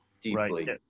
deeply